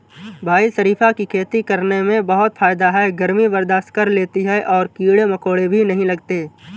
भाई शरीफा की खेती करने में बहुत फायदा है गर्मी बर्दाश्त कर लेती है और कीड़े मकोड़े भी नहीं लगते